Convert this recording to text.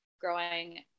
growing